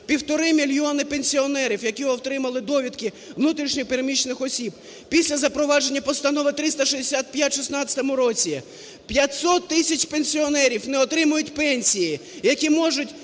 півтора мільйони пенсіонерів, які отримали довідки внутрішньо переміщених осіб, після запровадження Постанови 365 в 16-му році 500 тисяч пенсіонерів не отримують пенсії, які можуть